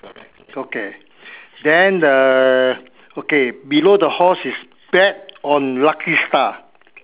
okay then the okay below the horse is bet on lucky star